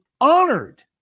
honored